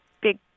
big